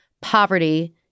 poverty